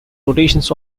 notations